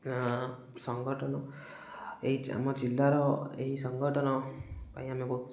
ସଂଗଠନ ଏହି ଆମ ଜିଲ୍ଲାର ଏହି ସଂଗଠନ ପାଇଁ ଆମେ ବହୁତ